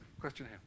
question